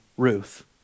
Ruth